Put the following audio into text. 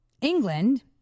England